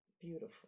beautiful